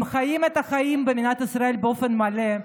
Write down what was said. הם חיים את החיים במדינת ישראל באופן מלא.